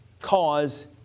cause